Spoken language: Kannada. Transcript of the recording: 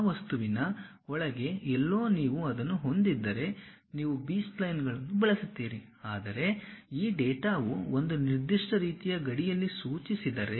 ಆ ವಸ್ತುವಿನ ಒಳಗೆ ಎಲ್ಲೋ ನೀವು ಅದನ್ನು ಹೊಂದಿದ್ದರೆ ನೀವು ಬಿ ಸ್ಪ್ಲೈನ್ಗಳನ್ನು ಬಳಸುತ್ತೀರಿ ಆದರೆ ಈ ಡೇಟಾವು ಒಂದು ನಿರ್ದಿಷ್ಟ ರೀತಿಯ ಗಡಿಯಲ್ಲಿ ಸೂಚಿಸಿದರೆ